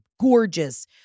gorgeous